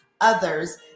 others